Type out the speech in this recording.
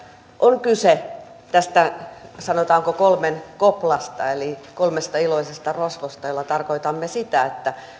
on kyse tästä sanotaanko kolmen koplasta eli kolmesta iloisesta rosvosta joilla tarkoitamme sitä että